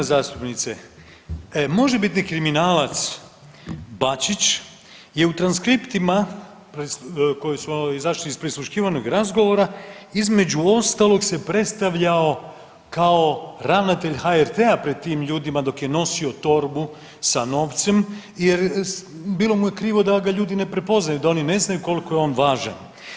Uvažena zastupnice možebitni kriminalac Bačić je u transkriptima koji su izašli iz prisluškivanog razgovara između ostaloga se predstavljao kao ravnatelj HRT-a pred tim ljudima dok je nosio torbu sa novcem jer bilo mu je krivo da ga ljudi ne prepoznaju, da oni ne znaju koliko je on važan.